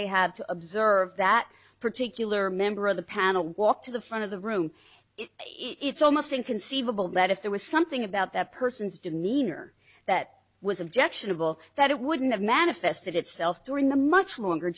they had to observe that particular member of the panel walked to the front of the room it's almost inconceivable that if there was something about that person's demeanor that was objectionable that it wouldn't have manifested itself during a much longer